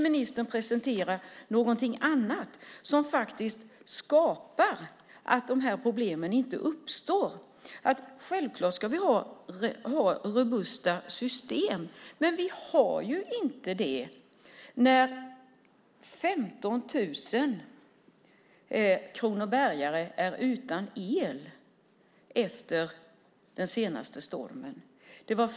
Ministern presenterar inte något annat som faktiskt gör så att problemen inte uppstår. Självklart ska vi ha robusta system, men de finns inte när 15 000 kronobergare är utan el efter den senaste stormen.